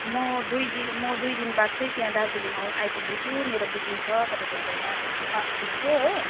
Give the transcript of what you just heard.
म दुई दि म दुई दिन बाद चाहिँ त्यहाँ दार्जिलिङ आउँ आइपुग्दैछु मेरो बुकिङ छ तपाईँको होटेलमा पाँच दिनको हो